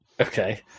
Okay